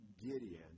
Gideon